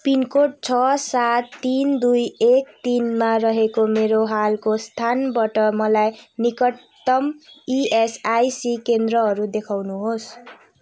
pin code छ सात तिन दुई एक तिनमा रहेको मेरो हालको स्थानबाट मलाई निकटतम् इएसआइसी केन्द्रहरू देखाउनुहोस्